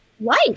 life